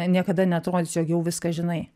niekada neatrodys jog jau viską žinai